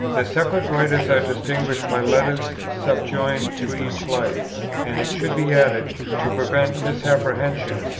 the separate writers are distinguished by letters subjoined to each life and it should be added, to prevent misapprehension,